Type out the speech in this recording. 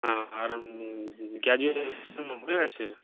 হ্যাঁ হ্যাঁ আর হয়ে গেছে